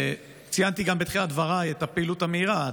ציינתי גם בתחילת דבריי את הפעילות המהירה,